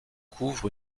couvre